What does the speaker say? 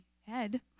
head